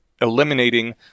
eliminating